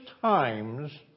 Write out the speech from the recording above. times